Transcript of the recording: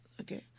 Okay